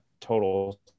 total